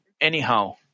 anyhow